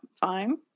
fine